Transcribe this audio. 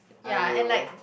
I will